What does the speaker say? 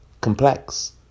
complex